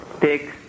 take